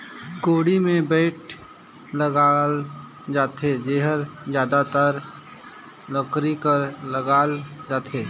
कोड़ी मे बेठ लगाल जाथे जेहर जादातर लकरी कर लगाल जाथे